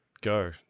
go